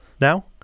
now